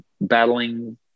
battling